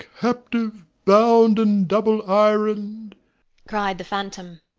captive, bound, and double-ironed, cried the phantom,